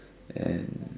and